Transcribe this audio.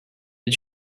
did